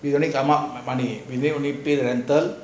we only come up today only pay rental